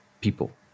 people